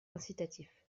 incitatif